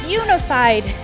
unified